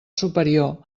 superior